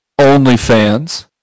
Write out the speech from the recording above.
OnlyFans